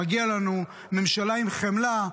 מגיעה לנו ממשלה עם חמלה,